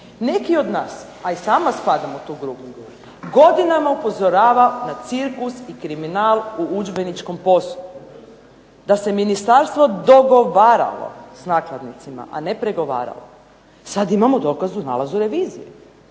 Neki od nas, a i sama spadam u grupu, godinama upozorava na cirkus i kriminal u udžbeničkom poslu. Da se ministarstvo dogovaralo s nakladnicima, a ne pregovaralo sad imamo dokaz o nalazu revizije